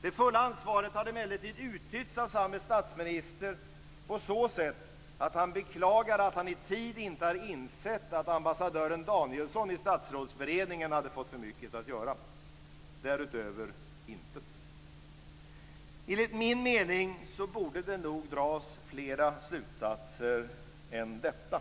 Det fulla ansvaret har emellertid uttytts av landets statsminister på så sätt att han beklagar att han i tid inte hade insett att ambassadören Danielsson i Statsrådsberedningen hade fått för mycket att göra. Därutöver intet! Enligt min mening borde det nog dras flera slutsatser än detta.